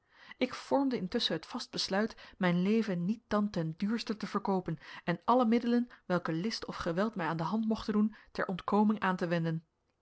ik vormde intusschen het vast besluit mijn leven niet dan ten duurste te verkoopen en alle middelen welke list of geweld mij aan de hand mochten doen ter ontkoming aan te wenden